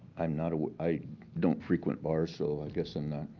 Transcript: i'm not ah i don't frequent bars so i guess i'm not.